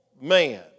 man